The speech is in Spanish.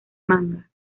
manga